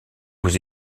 aux